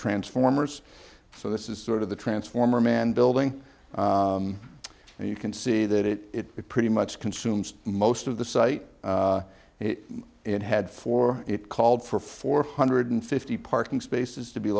transformers so this is sort of the transformer man building and you can see that it pretty much consumes most of the site and it had for it called for four hundred and fifty parking spaces to be